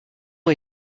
ont